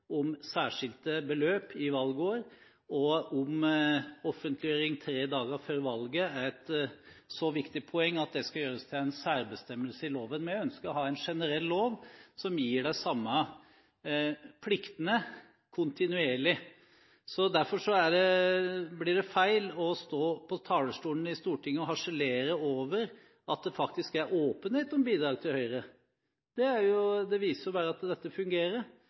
om særskilte beløp i valgår og om offentliggjøring tre dager før valget, er et så viktig poeng at det skal gjøres til en særbestemmelse i loven. Vi ønsker å ha en generell lov som kontinuerlig gir de samme pliktene. Derfor blir det feil å stå på talerstolen til Stortinget og harselere over at det faktisk er åpenhet om bidrag til Høyre. Det viser jo bare at dette fungerer.